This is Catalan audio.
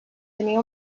tenia